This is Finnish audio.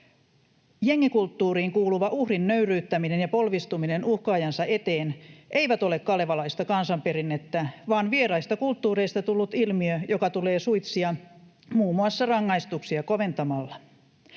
Jengikulttuuriin kuuluva uhrin nöyryyttäminen ja polvistuminen uhkaajansa eteen eivät ole kalevalaista kansanperinnettä vaan vieraista kulttuureista tullut ilmiö, joka tulee suitsia muun muassa rangaistuksia koventamalla.